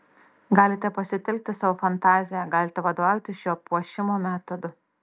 galite pasitelkti savo fantaziją galite vadovautis šiuo puošimo metodu